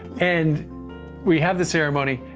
and we have the ceremony,